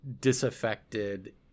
disaffected